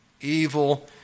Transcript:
evil